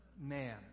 Man